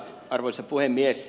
arvoisa puhemies